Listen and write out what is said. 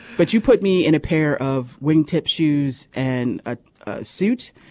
but you put me in a pair of wingtip shoes and a suit.